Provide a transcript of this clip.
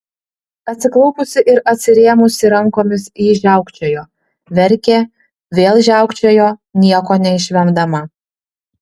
atsiklaupusi ir atsirėmusi rankomis ji žiaukčiojo verkė vėl žiaukčiojo nieko neišvemdama